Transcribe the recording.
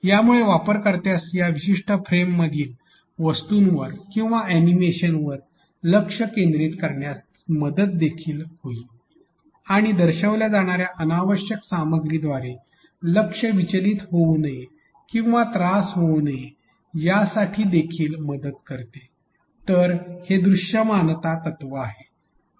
यामुळे वापरकर्त्यास या विशिष्ट फ्रेम मधील वस्तूंवर किंवा अॅनिमेशनवर लक्ष केंद्रित करण्यास मदत देखील होते आणि दर्शविल्या जाणार्या अनावश्यक सामग्रीद्वारे लक्ष विचलित होऊ नये किंवा त्रास होऊ नये यासाठी देखील मदत करते तर हे दृश्यमानता तत्व आहे